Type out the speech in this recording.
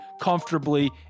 comfortably